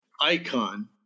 icon